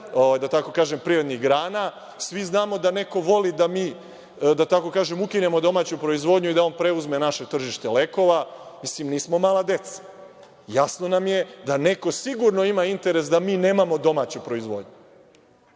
multinacionalnih privrednih grana. Svi znamo da neko voli da ukinemo domaću proizvodnju i da on preuzme naše tržište lekova. Nismo mala deca. Jasno nam je da neko sigurno ima interes da mi nemamo domaću proizvodnju.